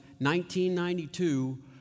1992